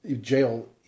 jail